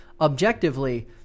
objectively